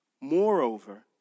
moreover